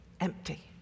empty